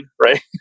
right